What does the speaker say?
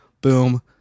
boom